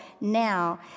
now